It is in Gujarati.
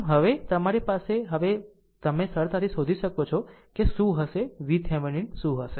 આમ હવે તમારી પાસે હવે તમે સરળતાથી શોધી શકો છો કે શું હશે VThevenin શું હશે